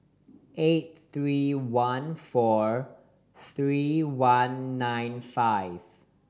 eight three one four three one nine five